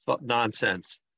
nonsense